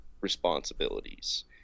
responsibilities